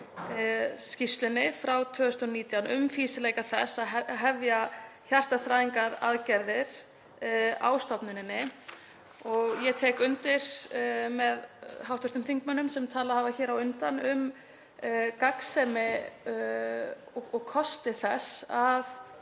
skýrslunni frá 2019 um fýsileika þess að hefja hjartaþræðingaraðgerðir á stofnuninni. Ég tek undir með hv. þingmönnum sem talað hafa hér á undan um gagnsemi og kosti þess að